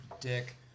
Dick